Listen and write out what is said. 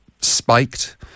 spiked